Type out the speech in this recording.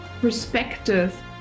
perspective